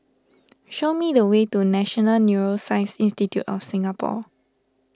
show me the way to National Neuroscience Institute of Singapore